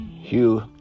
Hugh